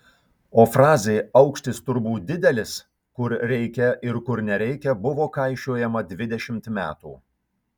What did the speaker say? o frazė aukštis turbūt didelis kur reikia ir kur nereikia buvo kaišiojama dvidešimt metų